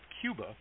Cuba